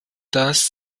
das